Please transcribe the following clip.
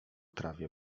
trawie